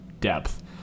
depth